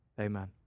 Amen